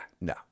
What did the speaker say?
no